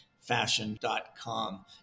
fashion.com